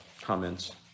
comments